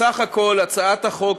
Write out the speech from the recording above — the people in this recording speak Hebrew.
בסך הכול, הצעת החוק,